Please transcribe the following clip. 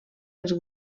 els